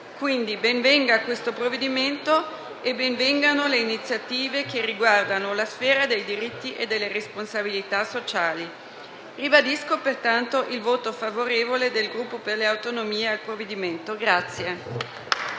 Quindi, ben venga questo provvedimento e ben vengano le iniziative che riguardano la sfera dei diritti e delle responsabilità sociali. Ribadisco pertanto il voto favorevole del Gruppo Per le Autonomie al provvedimento in